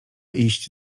iść